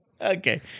Okay